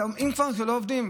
אתה אומר: אם כבר לא עובדים,